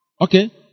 Okay